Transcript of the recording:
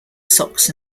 socks